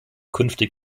künftig